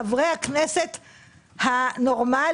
חברי הכנסת הנורמליים,